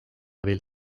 abil